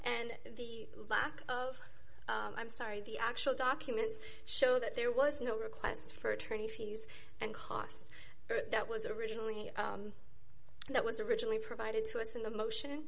and the lack of i'm sorry the actual documents show that there was no requests for attorney fees and costs but that was originally and that was originally provided to us in the motion